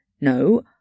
no